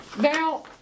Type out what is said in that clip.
Now